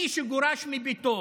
שמי שגורש מביתו